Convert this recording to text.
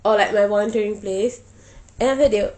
oh like my volunteering place and then after that they will